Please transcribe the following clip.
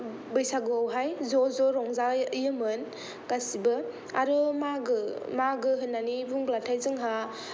बैसागुयावहाय ज' ज' रंजायोमोन गासिबो आरो मागो मागो होननानै बुंब्लाथाय जोंहा